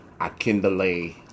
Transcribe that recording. Akindale